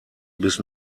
bis